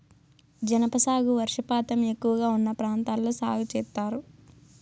జనప సాగు వర్షపాతం ఎక్కువగా ఉన్న ప్రాంతాల్లో సాగు చేత్తారు